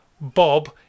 Bob